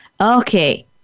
Okay